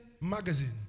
magazine